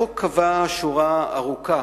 החוק קבע שורה ארוכה